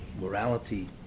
morality